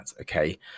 Okay